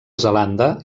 zelanda